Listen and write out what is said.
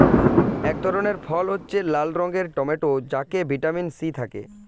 এক ধরনের ফল হচ্ছে লাল রঙের টমেটো যাতে ভিটামিন সি থাকে